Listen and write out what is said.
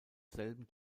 selben